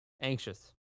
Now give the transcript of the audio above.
Anxious